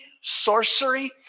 sorcery